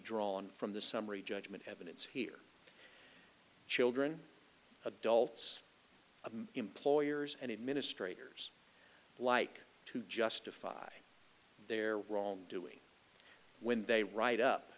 drawn from the summary judgment evidence here children adults of employers and administrators like to justify their wrongdoing when they write up